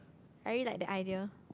I really like the idea